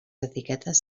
etiquetes